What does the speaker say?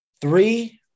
Three